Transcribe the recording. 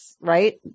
right